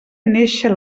néixer